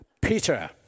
Peter